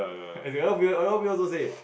as in other people other people also say